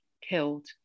killed